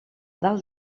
dalt